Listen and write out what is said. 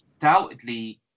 Doubtedly